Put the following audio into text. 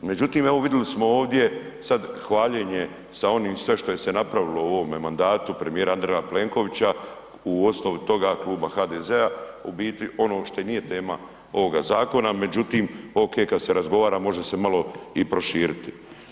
Međutim, evo vidili smo ovdje sad hvaljenje sa onim sve što je se napravilo u ovome mandatu premijera Andreja Plenkovića u osnovi toga Kluba HDZ-a u biti ono što i nije tema ovoga zakona, međutim, okej kad se razgovara može se malo i proširiti.